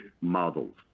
models